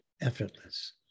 effortless